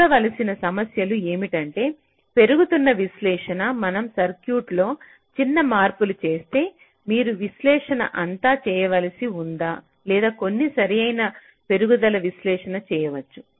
కాబట్టి చూడవలసిన సమస్యలు ఏమిటంటే పెరుగుతున్న విశ్లేషణ మనం సర్క్యూట్లో చిన్న మార్పులు చేస్తే మీరు విశ్లేషణ అంతా చేయవలసి ఉందా లేదా కొన్ని సరైన పెరుగుదల విశ్లేషణ చేయవచ్చు